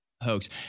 hoax